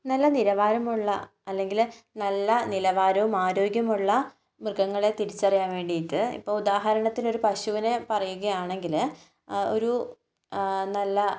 നല്ല നിലവാരമുള്ള അല്ലെങ്കിൽ നല്ല നിലവാരവും ആരോഗ്യവുമുള്ള മൃഗങ്ങളെ തിരിച്ചറിയാൻ വേണ്ടിയിട്ട് ഇപ്പോൾ ഉദാഹരണത്തിന് ഒരു പശുവിനെ പറയുകയാണെങ്കിൽ ഒരു നല്ല